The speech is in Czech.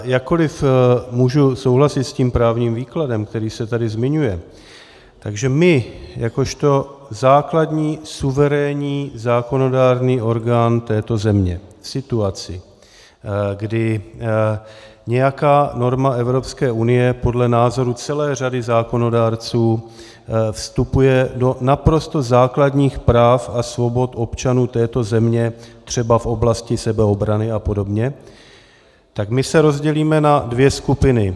Jakkoliv můžu souhlasit s právním výkladem, který se tady zmiňuje, takže my jakožto základní suverénní zákonodárný orgán této země v situaci, kdy nějaká norma Evropské unie podle názoru celé řady zákonodárců vstupuje do naprosto základních práv a svobod občanů této země třeba v oblasti sebeobrany a podobně, tak my se rozdělíme na dvě skupiny.